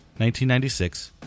1996